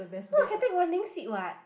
not Catherine wondering seed what